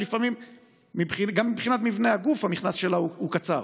גם מבחינת מבנה הגוף המכנסיים שלה הם קצרים.